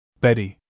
Betty